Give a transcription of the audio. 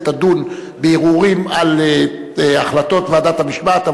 תדון בערעורים על החלטות ועדת המשמעת,